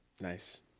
Nice